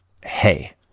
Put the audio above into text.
hey